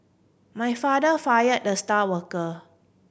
my father fired the star worker